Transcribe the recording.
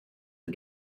the